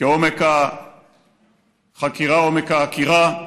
כעומק החקירה עומק העקירה?